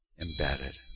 embedded